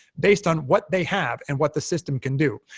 based on what they have and what the system can do.